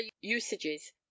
usages